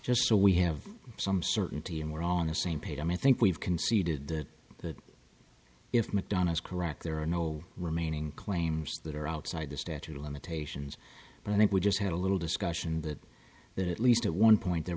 just so we have some certainty and we're on the same page i think we've conceded that that if mcdonough is correct there are no remaining claims that are outside the statute of limitations but i think we just had a little discussion that that at least at one point there